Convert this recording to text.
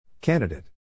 Candidate